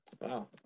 Wow